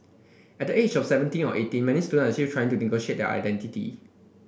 at the age of seventeen or eighteen many student are still trying to negotiate their identity